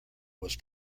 was